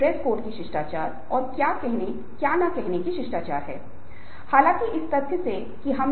फिर जानें कि अपने डोपामाइन को स्वाभाविक रूप से कैसे बढ़ाया जाए यहां कुछ सुझाव दिए गए हैं